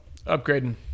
upgrading